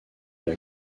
l’a